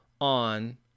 on